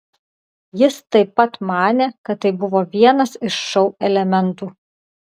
jis taip pat manė kad tai buvo vienas iš šou elementų